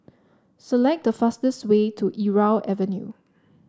select the fastest way to Irau Avenue